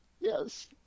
Yes